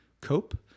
COPE